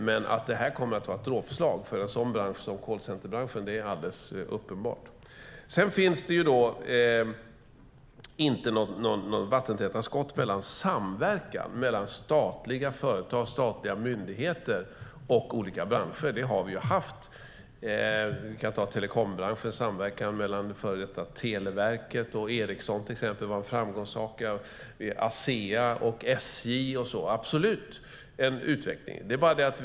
Men att detta kommer att vara ett dråpslag för en bransch som callcenterbranschen är alldeles uppenbart. Sedan finns det inte några vattentäta skott mellan samverkan mellan statliga företag eller statliga myndigheter och olika branscher. Det har vi haft. Jag kan som exempel ta telekombranschen och samverkan mellan före detta Televerket och Ericsson. Det var framgångsrikt. Det var även samverkan mellan Asea och SJ och så vidare.